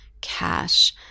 cash